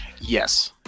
yes